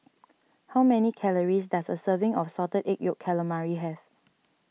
how many calories does a serving of Salted Egg Yolk Calamari have